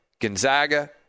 Gonzaga